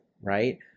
right